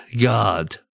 God